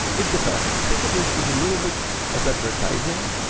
it depends. think of it as a little bit as advertising.